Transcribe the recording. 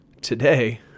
Today